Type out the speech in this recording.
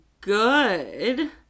good